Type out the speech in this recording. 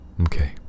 Okay